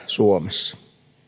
suomessa